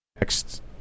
next